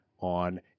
on